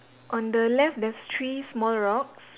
on the left there's three small rocks